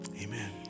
amen